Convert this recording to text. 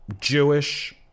Jewish